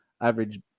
Average